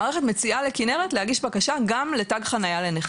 המערכת מציעה לכנרת להגיש בקשה גם לתג חניה לנכה.